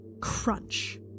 crunch